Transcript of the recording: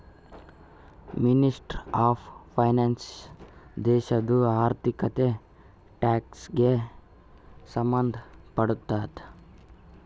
ministry of finance ದೇಶದು ಆರ್ಥಿಕತೆ, tax ಗ ಸಂಭಂದ್ ಪಡ್ತುದ